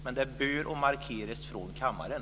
Men det bör markeras från kammaren.